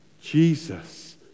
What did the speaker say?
Jesus